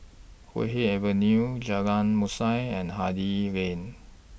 Puay Hee Avenue Jalan Mashhor and Hardy Lane